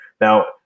Now